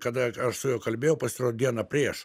kada aš su juo kalbėjau pasirodo dieną prieš